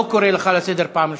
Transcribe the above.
אני לא קורא לך לסדר פעם ראשונה.